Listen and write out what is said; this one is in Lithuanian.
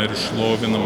ir šlovina